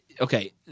Okay